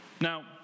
Now